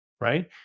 right